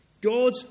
God